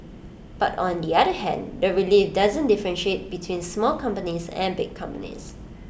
but on the other hand the relief doesn't differentiate between small companies and big companies